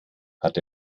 hat